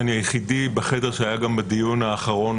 אני היחיד בחדר שהיה בדיון האחרון